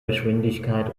geschwindigkeit